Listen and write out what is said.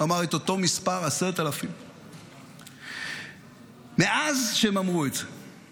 אמר את אותו מספר: 10,000. מאז שהם אמרו את זה